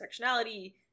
intersectionality